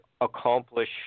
accomplish